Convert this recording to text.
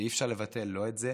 ואי-אפשר לבטל לא את זה